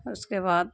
اس کے بعد